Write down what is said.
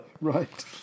Right